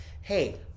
Hey